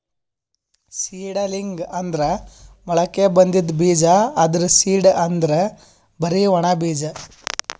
seedling ಅಂದ್ರ ಮೊಳಕೆ ಬಂದಿದ್ ಬೀಜ, ಆದ್ರ್ ಸೀಡ್ ಅಂದ್ರ್ ಬರಿ ಒಣ ಬೀಜ